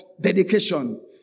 dedication